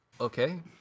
okay